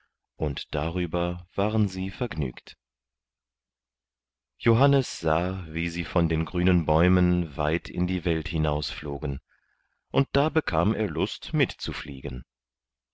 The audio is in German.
und darüber waren sie vergnügt johannes sah wie sie von den grünen bäumen weit in die welt hinaus flogen und da bekam er lust mitzufliegen